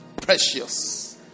precious